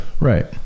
Right